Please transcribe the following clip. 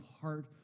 heart